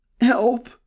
Help